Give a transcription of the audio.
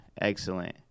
excellent